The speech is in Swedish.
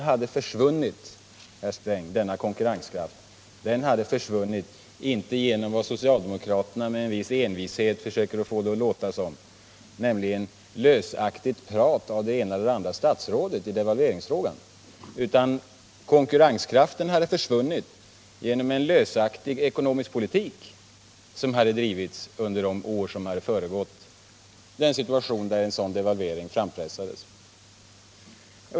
Men denna konkurrenskraft hade försvunnit, herr Sträng, inte på grund av vad socialdemokraterna med en viss envishet försöker göra gällande, nämligen lösaktigt prat av det ena eller andra statsrådet i devalveringsfrågan, utan på grund av en lösaktig ekonomisk politik, som drevs under de år som föregick den situation där en devalvering frampressades.